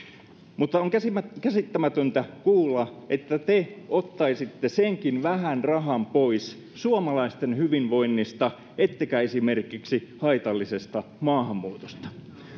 mutta on käsittämätöntä kuulla että te ottaisitte senkin vähän rahan pois suomalaisten hyvinvoinnista ettekä esimerkiksi haitallisesta maahanmuutosta